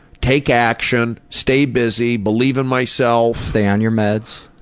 take action, stay busy, believe in myself. stay on your meds.